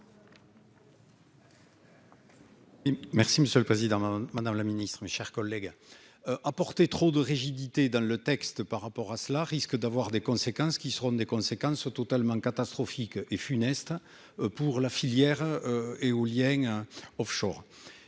porter trop de rigidité dans le texte par rapport à cela risque d'avoir des conséquences qui seront des conséquences totalement catastrophique et funeste pour la filière éolien Offshore